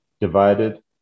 divided